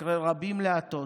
אחרי רבים להטות,